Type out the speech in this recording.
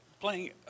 Playing